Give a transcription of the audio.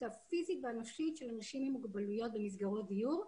הפיזית והנפשית של אנשים עם מוגבלויות במסגרות דיור,